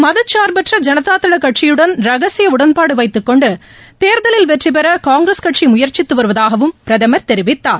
மதச்சார்பற்ற ஜனதா தள கட்சியுடன் ரகசிய உடன்பாடு வைத்துக்கொண்டு தேர்தலில் வெற்றிபெற காங்கிரஸ் கட்சி முயற்சித்து வருவதாகவும் பிரதமர் தெரிவித்தார்